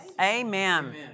Amen